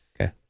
Okay